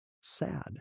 sad